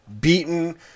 Beaten